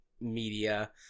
media